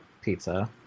pizza